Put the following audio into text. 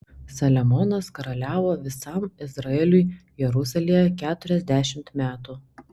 saliamonas karaliavo visam izraeliui jeruzalėje keturiasdešimt metų